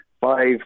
five